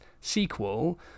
sequel